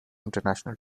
international